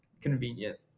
convenient